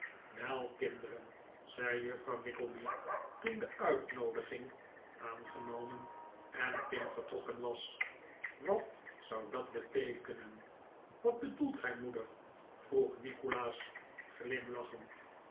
wel kinderen zei juffrouw nickleby toen de uitnoodiging aangenomen en tim vertrokken was wat zou dat beteekenen wat bedoelt gij moeder vroeg nikolaas glimlachend